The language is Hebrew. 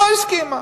לא הסכימה.